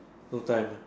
no time